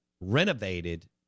renovated